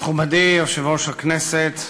מכובדי יושב-ראש הכנסת,